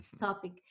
topic